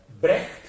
Brecht